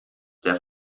der